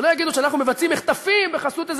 כדי שלא יגידו שאנחנו מבצעים מחטפים בחסות איזה